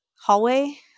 hallway